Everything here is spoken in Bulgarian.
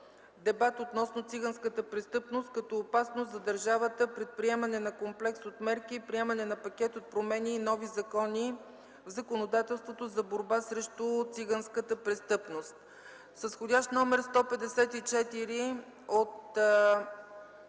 „Дебат относно циганската престъпност като опасност за държавата. Предприемане на комплекс от мерки и приемане на пакет от промени и нови закони в законодателството за борба срещу циганската престъпност”. С вх. № 154-07-124 от